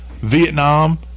Vietnam